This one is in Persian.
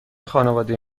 خانواده